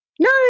no